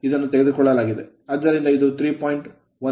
ಆದ್ದರಿಂದ ಇದು 3